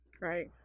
Right